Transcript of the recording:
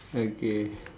okay